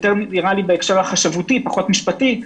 יותר בהקשר החשבותי ופחות בהקשר המשפטי,